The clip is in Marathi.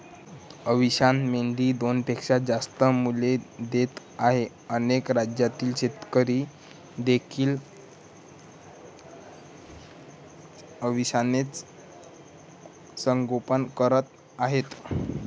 अविशान मेंढी दोनपेक्षा जास्त मुले देत आहे अनेक राज्यातील शेतकरी देखील अविशानचे संगोपन करत आहेत